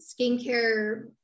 skincare